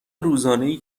روزانهای